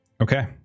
Okay